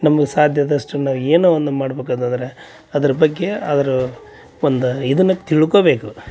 ನಮ್ಗೆ ಸಾಧ್ಯದಷ್ಟು ನಾವು ಏನೋ ಒಂದು ಮಾಡ್ಬೇಕಂತಂದರೆ ಅದ್ರ ಬಗ್ಗೆ ಅದ್ರ ಒಂದು ಇದನ್ನ ತಿಳ್ಕೊಬೇಕು